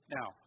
Now